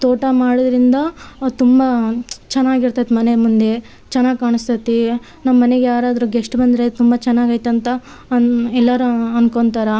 ತೋಟ ಮಾಡೋದ್ರಿಂದ ತುಂಬ ಚೆನ್ನಾಗಿರ್ತದೆ ಮನೆ ಮುಂದೆ ಚೆನ್ನಾಗ್ ಕಾಣಿಸ್ತದೆ ನಮ್ಮಮನೆಗೆ ಯಾರಾದರೂ ಗೆಸ್ಟ್ ಬಂದರೆ ತುಂಬ ಚೆನ್ನಾಗೈತೆ ಅಂತ ಅನ್ನು ಎಲ್ಲರು ಅನ್ಕೊತಾರ